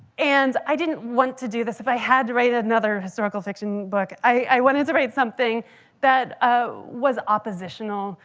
and i didn't want to do this. if i had to write another historical fiction book, i wanted to write something that ah was oppositional,